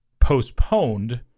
postponed